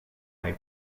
aller